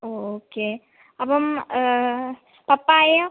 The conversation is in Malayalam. ഓ ഓക്കേ അപ്പം പപ്പായയോ